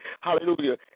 hallelujah